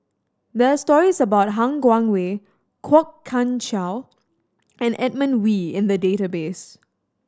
there are stories about Han Guangwei Kwok Kian Chow and Edmund Wee in the database